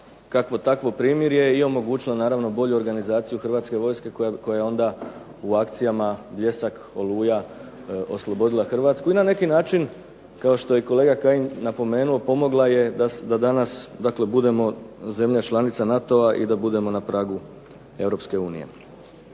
kakvo takvo primirje i omogućila bolju organizaciju Hrvatske vojska koja je onda u akcijama Bljesak, Oluja oslobodila Hrvatsku. I na neki način kao što je kolega Kajin napomenuo je da danas budemo zemlja članica NATO-a i da budemo na pragu